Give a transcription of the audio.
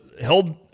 held